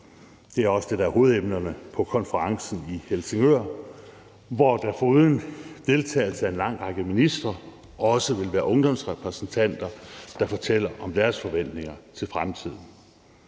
Det er også det, der er hovedemnerne på konferencen i Helsingør, hvor der foruden deltagelse af en lang række ministre også vil være ungdomsrepræsentanter, der fortæller om deres forventninger til fremtiden.